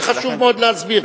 זה חשוב מאוד להסביר.